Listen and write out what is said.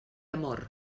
amor